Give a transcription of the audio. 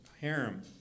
harem